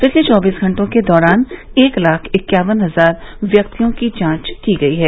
पिछले चौबीस घंटे के दौरान एक लाख इक्यावन हजार व्यक्तियों की जांच की गई है